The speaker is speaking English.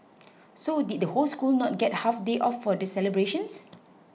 so did the whole school not get half day off for the celebrations